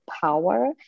power